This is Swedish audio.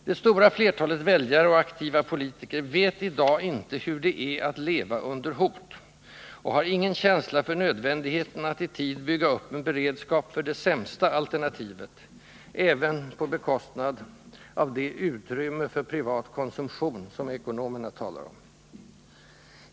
Det stora flertalet väljare och aktiva politiker vet i dag inte, hur det är att leva under hot, och har ingen känsla för nödvändigheten att i tid bygga upp en beredskap för det sämsta alternativet — även på bekostnad av ”utrymmet för privat konsumtion” som ekonomerna talar om.